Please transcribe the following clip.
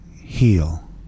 heal